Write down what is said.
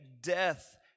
death